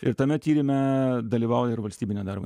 ir tame tyrime dalyvauja ir valstybinė darbo